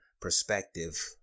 perspective